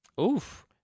Oof